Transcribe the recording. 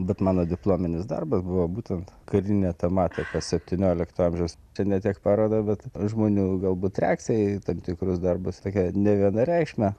bet mano diplominis darbas buvo būtent karinė tematika septyniolikto amžiaus čia ne tiek paroda bet žmonių galbūt reakcija į tam tikrus darbus tokia nevienareikšmė